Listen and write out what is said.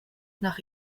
nach